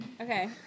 Okay